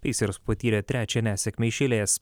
pacers patyrė trečią nesėkmę iš eilės